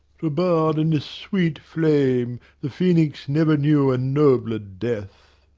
to burn in this sweet flame the phoenix never knew a nobler death.